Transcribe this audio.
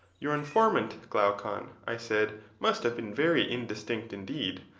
your informant, glaucon, i said, must have been very indistinct indeed,